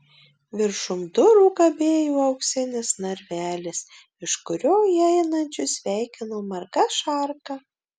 viršum durų kabėjo auksinis narvelis iš kurio įeinančius sveikino marga šarka